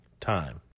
time